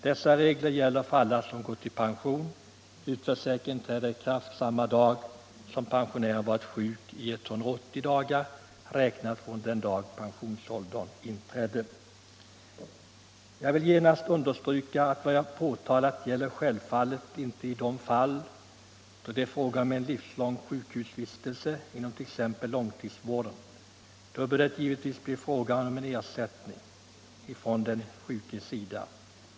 Dessa regler gäller för alla som har gått i pension — utför — för pensionärer säkringen träder i kraft samma dag som pensionären varit sjuk i 180 dagar, räknat från den dag då pensionsåldern inträdde. Jag vill genast understryka att vad jag påtalade självfallet inte gäller de fall där det är fråga om en livslång sjukhusvistelse inom t.ex. långtidsvården. Då bör det givetvis bli fråga om ersättning för den sjukes del.